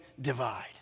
divide